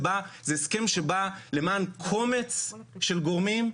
זה הסכם שבא למען קומץ של גורמים,